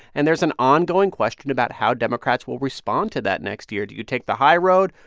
and there's an ongoing question about how democrats will respond to that next year. do you take the high road,